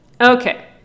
Okay